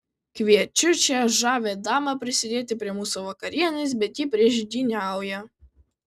kviečiu šią žavią damą prisidėti prie mūsų vakarienės bet ji priešgyniauja